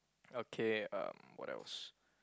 okay um what else